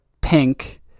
pink